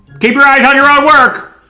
keep your eyes on your own work.